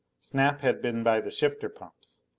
snap had been by the shifter pumps.